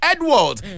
Edward